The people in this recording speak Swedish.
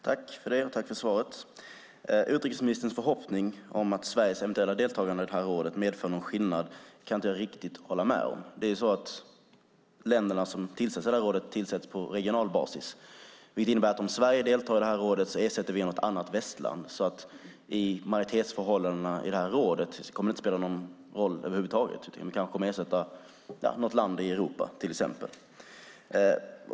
Fru talman! Tack för svaret! Utrikesministerns förhoppning om att Sveriges eventuella deltagande i rådet medför någon skillnad kan jag inte riktigt hålla med om. Länderna till rådet utses på regional basis, vilket innebär att om Sverige deltar i rådet ersätter vi något annat västland. För majoritetsförhållandena i rådet kommer det inte att spela någon roll över huvud taget. Vi kanske ersätter ett land i Europa till exempel.